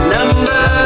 Number